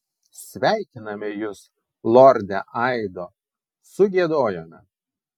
sveikiname jus lorde aido sugiedojome